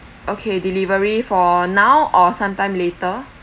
okay delivery for now or some time later